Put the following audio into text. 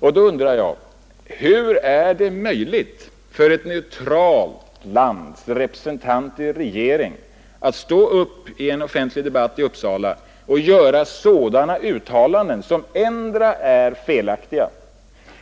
Då undrar jag hur det är möjligt för ett neutralt lands representant i regeringsställning att stå upp i en offentlig debatt i vårt land och göra sådana uttalanden som ettdera är felaktiga